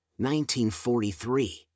1943